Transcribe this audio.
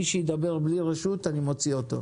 מי שידבר בלי רשות, אני מוציא אותו.